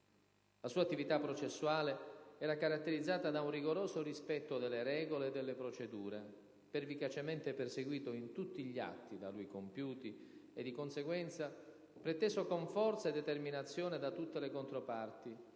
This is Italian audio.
La sua attività processuale era caratterizzata da un rigoroso rispetto delle regole e delle procedure, pervicacemente perseguito in tutti gli atti da lui compiuti e, di conseguenza, preteso con forza e determinazione da tutte le controparti,